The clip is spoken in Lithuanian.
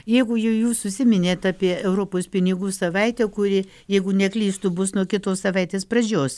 jeigu jau jūs užsiminėt apie europos pinigų savaitę kuri jeigu neklystu bus nuo kitos savaitės pradžios